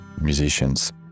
musicians